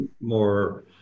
more